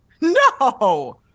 no